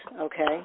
okay